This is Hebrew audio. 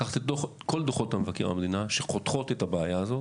לקחת את כל דוחות מבקר המדינה שחותכות את הבעיה הזו,